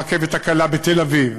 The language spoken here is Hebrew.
ברכבת הקלה בתל-אביב,